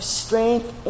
strength